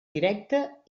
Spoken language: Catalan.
directa